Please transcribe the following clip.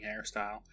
hairstyle